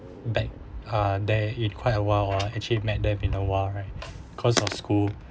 back uh there in quite a while ah actually met them in a while right because of school